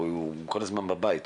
הוא הרי כל הזמן בבית.